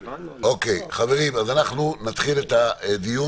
אוקיי, חברים, אז אנחנו נתחיל את הדיון.